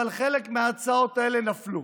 אבל חלק מההצעות האלה נפלו.